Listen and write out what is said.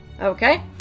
Okay